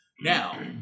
Now